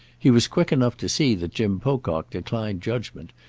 he was quick enough to see that jim pocock declined judgement,